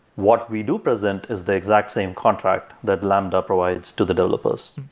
what we do present is the exact same contract that lambda provides to the developers.